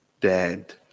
dead